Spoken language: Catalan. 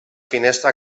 finestra